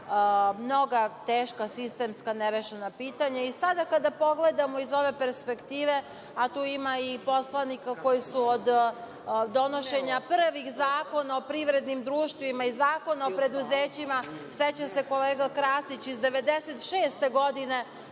mnoga teška, sistemska nerešena pitanja. Sada kada pogledamo iz ove perspektive, a tu ima i poslanika koji su od donošenja prvih zakona o privrednim društvima i zakona o preduzećima, seća se kolega Krasić, iz 1996. godine,